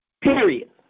Period